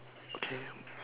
okay